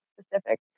specific